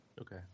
Okay